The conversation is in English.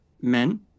men